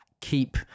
keep